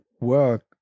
work